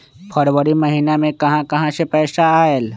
फरवरी महिना मे कहा कहा से पैसा आएल?